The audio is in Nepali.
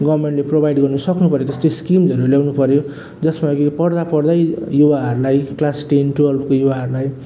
गभर्मेन्टले प्रोभाइड गर्नु सक्नु पऱ्यो त्यस्तो स्किमहरू ल्याउनु पऱ्यो जसमा कि पढ्दा पढ्दै युवाहरूलाई क्लास टेन टुवेल्भको युवाहरूलाई